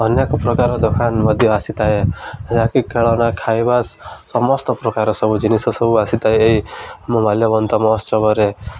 ଅନେକ ପ୍ରକାର ଦୋକାନ ମଧ୍ୟ ଆସିଥାଏ ଯାହାକି ଖେଳନା ଖାଇବା ସମସ୍ତ ପ୍ରକାର ସବୁ ଜିନିଷ ସବୁ ଆସିଥାଏ ଏଇ ମୋ ମାଲ୍ୟବନ୍ତ ମହୋତ୍ସବରେ